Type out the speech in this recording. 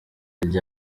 rya